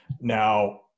now